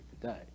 today